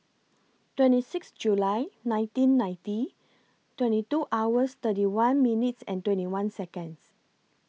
twenty six July nineteen ninety twenty two hours thirty one minutes and twenty one Seconds